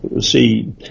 see